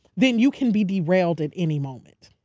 then you can be derailed at any moment.